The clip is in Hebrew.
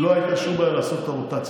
לא הייתה שום בעיה לעשות את הרוטציה.